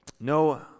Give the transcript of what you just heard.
No